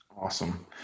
Awesome